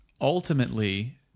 ultimately